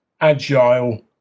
agile